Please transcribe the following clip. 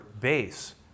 base